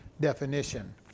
definition